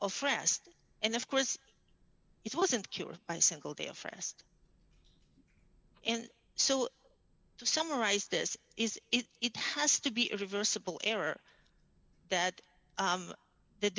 rest and of course it wasn't cured by single day of rest and so to summarize this is it has to be a reversible error that the the